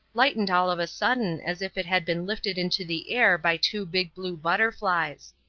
lightened all of a sudden as if it had been lifted into the air by two big blue butterflies.